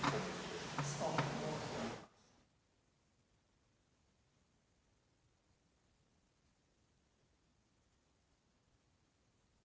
Hvala vam